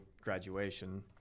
graduation